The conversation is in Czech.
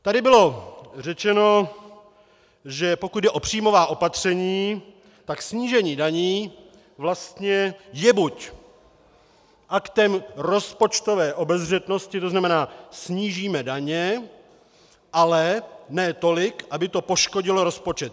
Tady bylo řečeno, že pokud jde o příjmová opatření, tak snížení daní vlastně je buď aktem rozpočtové obezřetnosti, to znamená, snížíme daně, ale ne tolik, aby to poškodilo rozpočet.